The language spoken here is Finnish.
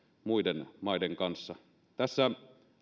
muiden maiden kanssa tässä